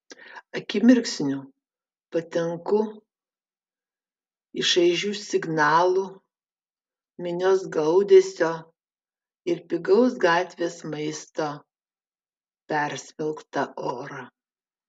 akimirksniu patenku į šaižių signalų minios gaudesio ir pigaus gatvės maisto persmelktą orą